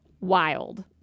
wild